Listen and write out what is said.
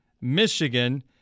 Michigan